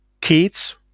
kids